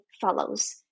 follows